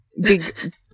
big